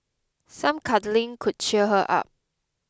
some cuddling could cheer her up